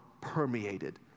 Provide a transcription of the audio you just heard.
permeated